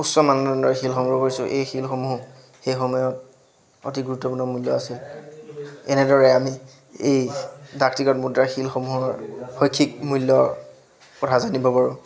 উচ্চ মানদন্দৰ শিল সংগ্ৰহ কৰিছোঁ এই শিলসমূহ সেই সময়ত অতি গুৰুত্বপূৰ্ণ মূল্য আছিল এনেদৰে আমি এই ডাকটিকট মুদ্ৰা শিলসমূহৰ শৈক্ষিক মূল্যৰ কথা জানিব পাৰোঁ